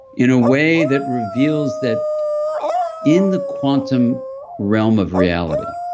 in a way that reveals that in the quantum realm of reality,